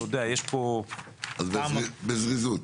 בזריזות.